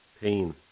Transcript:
Pain